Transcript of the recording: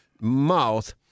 mouth